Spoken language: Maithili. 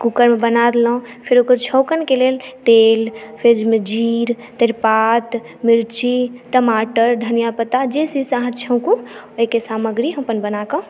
कुकर मे बना लेलहुॅं फेर छौकन के लेल तेल फेर ओहिमे जीर तेजपात मिर्ची टमाटर धनिया पत्ता जाहि चीज स अहाँ छौकु ओहिके सामग्री हम अपन बना कऽ